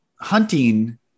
hunting